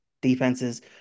defenses